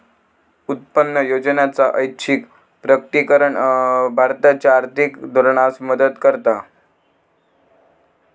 उत्पन्न योजनेचा ऐच्छिक प्रकटीकरण भारताच्या आर्थिक धोरणास मदत करता